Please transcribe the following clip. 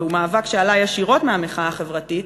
שעלה ישירות מהמחאה החברתית,